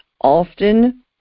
Often